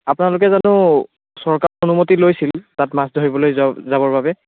আপোনালোকে জানো চৰকাৰৰ অনুমতি লৈছিল তাত মাছ ধৰিবলৈ যাওঁ যাবৰ বাবে